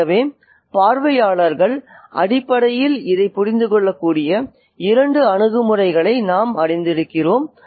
ஆகவே பார்வையாளர்கள் அடிப்படையில் இதைப் புரிந்துகொள்ளக்கூடிய இரண்டு அணுகுமுறைகளை நாம் அறிந்திருக்கிறோம்